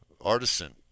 artisan